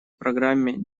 программе